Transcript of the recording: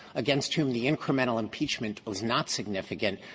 against whom the incremental impeachment was not significant,